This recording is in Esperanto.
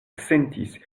sentis